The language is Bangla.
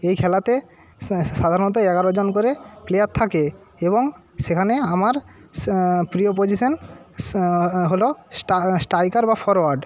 এই খেলাতে সাধারণত এগারো জন করে প্লেয়ার থাকে এবং সেখানে আমার সাঁ প্রিয় পজিশন সাঁ হল স্ট্রাইকার বা ফরওয়ার্ড